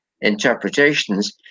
interpretations